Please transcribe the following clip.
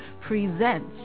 presents